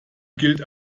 gilt